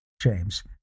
James